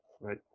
Right